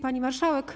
Pani Marszałek!